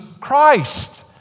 Christ